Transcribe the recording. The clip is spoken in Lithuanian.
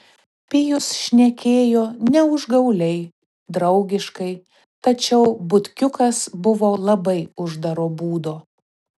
pijus šnekėjo ne užgauliai draugiškai tačiau butkiukas buvo labai uždaro būdo